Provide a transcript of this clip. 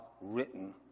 written